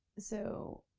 so,